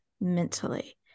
mentally